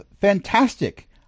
Fantastic